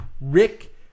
Rick